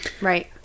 Right